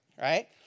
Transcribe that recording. right